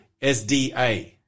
SDA